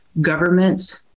government